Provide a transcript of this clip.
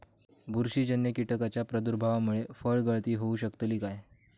बुरशीजन्य कीटकाच्या प्रादुर्भावामूळे फळगळती होऊ शकतली काय?